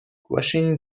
questioning